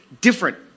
different